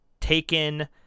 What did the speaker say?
taken